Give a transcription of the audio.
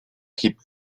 hip